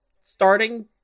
starting